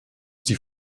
die